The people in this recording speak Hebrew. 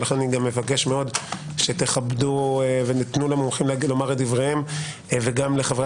ולכן אני מבקש מאוד שתכבדו ותיתנו למומחים לומר את דבריהם וגם לחברי